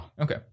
Okay